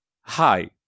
Hi